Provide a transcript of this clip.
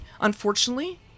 Unfortunately